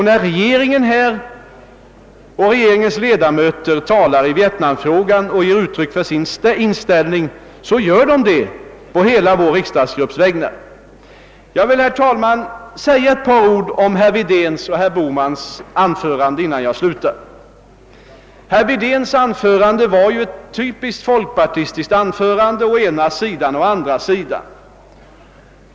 När regeringen och dess ledamöter här talar i vietnamfrågan och ger uttryck för sin inställning sker detta på hela vår riksdagsgrupps vägnar. Herr talman! Innan jag slutar vill jag säga några ord om herr Wedéns och herr Bohmans anföranden. Herr We déns anförande var typiskt folkpartistiskt med allt tal om »å ena sidan» och »å den andra».